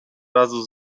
razu